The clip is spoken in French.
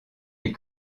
les